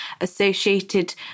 associated